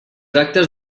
actes